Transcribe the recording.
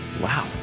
Wow